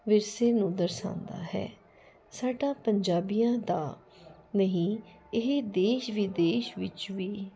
ਵਿਰਸੇ ਨੂੰ ਦਰਸਾਉਂਦਾ ਹੈ ਸਾਡਾ ਪੰਜਾਬੀਆਂ ਦਾ ਨਹੀਂ ਇਹ ਦੇਸ਼ ਵਿਦੇਸ਼ ਵਿੱਚ ਵੀ